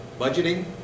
budgeting